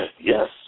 Yes